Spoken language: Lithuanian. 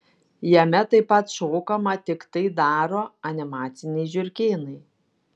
jame taip pat šokama tik tai daro animaciniai žiurkėnai